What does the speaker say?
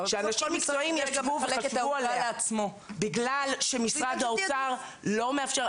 שאנשים מקצועיים ישבו וחשבו עליה בגלל שמשרד האוצר לא מאפשר,